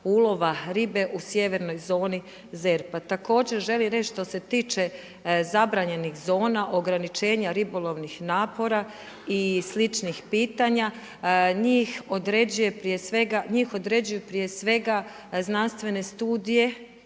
ulova ribe u sjevernoj zoni ZERP-a. Također, želim reći što se tiče zabranjenih zona ograničenja ribolovnih napora i sličnih pitanja, njih određuju prije svega znanstvene studije